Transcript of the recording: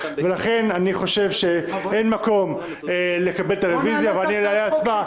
לכן אני חושב שאין מקום לקבל את הרביזיה ואני מעלה להצבעה.